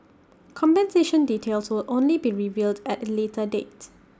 compensation details will only be revealed at later date